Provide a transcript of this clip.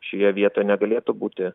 šioje vietoje negalėtų būti